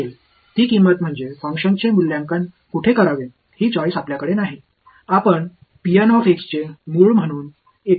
நீங்கள் செலுத்த வேண்டிய விலை என்னவென்றால் செயல்பாட்டை எங்கு மதிப்பீடு செய்வது என்பது குறித்து உங்களுக்கு தனிப்பட்ட விருப்பம் இல்லை